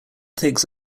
takes